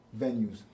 venues